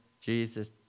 Jesus